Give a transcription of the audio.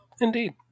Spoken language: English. Indeed